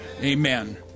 Amen